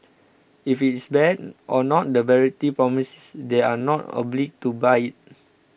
if it is bad or not the variety promised they are not obliged to buy it